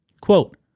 Quote